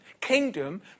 kingdom